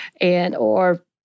and/or